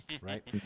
right